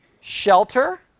Shelter